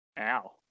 Ow